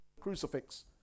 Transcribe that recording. crucifix